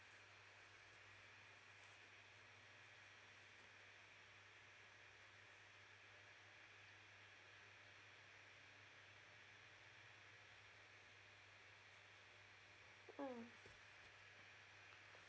mm